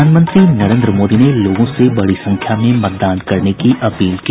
प्रधानमंत्री नरेन्द्र मोदी ने लोगों से बड़ी संख्या में मतदान करने की अपील की